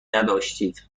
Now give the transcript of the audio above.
نداشتید